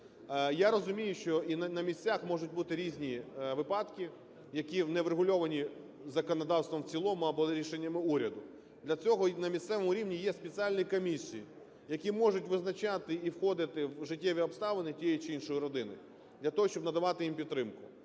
Я розумію, що і на місцях можуть бути різні випадки, які не врегульовані законодавством в цілому або рішеннями уряду. Для цього на місцевому рівні є спеціальні комісії, які можуть визначати і входити в життєві обставини тієї чи іншої родини для того, щоб надавати їм підтримку.